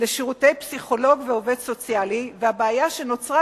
בשירותי פסיכולוג ועובד סוציאלי ואת הבעיה שנוצרה